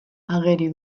ageri